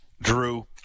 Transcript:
Drew